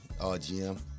RGM